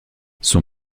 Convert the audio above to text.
son